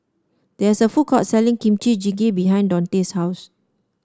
there is a food court selling Kimchi Jjigae behind Daunte's house